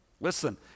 listen